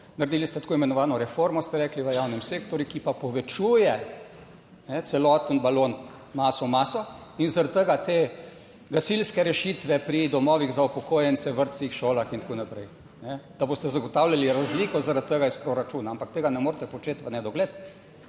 Naredili ste tako imenovano reformo, ste rekli, v javnem sektorju, ki pa povečuje celoten balon, maso, maso in zaradi tega te gasilske rešitve pri domovih za upokojence, v vrtcih, šolah in tako naprej, da boste zagotavljali razliko zaradi tega iz proračuna. Ampak tega ne morete početi v nedogled.